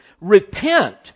repent